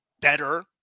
better